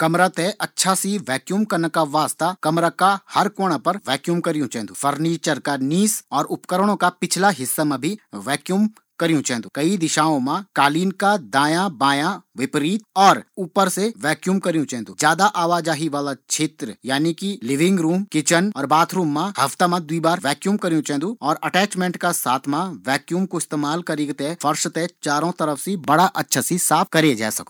कै कमरा थे वैक्युम करदी वक्त कुछ बातो को ध्यान रखूं चेंदू, पैली धूल साफ़ करिक थे फिर वेक्यूम करियूं चेंदु कमरा का हर हिस्सा हर कोना माँ वेक्यूम करियू चेन्दु